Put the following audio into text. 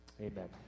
amen